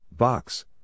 Box